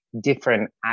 different